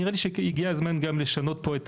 נראה לי שהגיע הזמן גם לשנות פה את